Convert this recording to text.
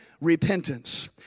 repentance